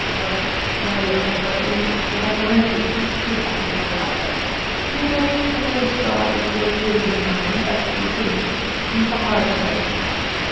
مطلب واریاہ مطلب تہٕ تَمیُک بہٕ ہٮ۪کہٕ نہٕ ؤنۍ تھٕے کٮُ۪تھ اَصٕل نظارٕ چھُ تَتہِ پٮ۪ٹھ مےٚ ہیوٚک مےٚ کوٚر سِٹارٹ مےٚ کوٚر شروٗع بناوٕنۍ تصویٖر کٔمِچ یِم پہاڑ چھِ تَتہِ پٮ۪ٹھ اَتھِ یِوان